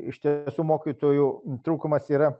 iš tiesų mokytojų trūkumas yra